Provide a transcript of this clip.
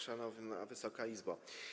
Szanowna Wysoka Izbo!